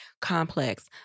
complex